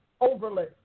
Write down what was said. overlay